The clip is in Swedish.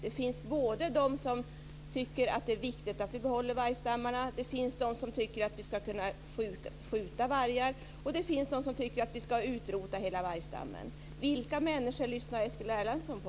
Det finns både de som tycker att det är viktigt att vi behåller vargstammarna och de som tycker att vi ska kunna skjuta vargar. Det finns också de som tycker att vi ska utrota hela vargstammen. Vilka människor lyssnar Eskil Erlandsson på?